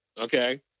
okay